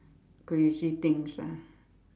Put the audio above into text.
crazy things ah